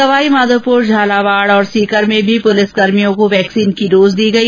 सवाई माधोपुर झालावाड़ और सीकर में भी पुलिस कर्मियों को वैक्सीन की डोज दी गई